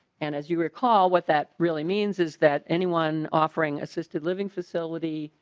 and as you recall with that really means is that anyone offering assisted living facility.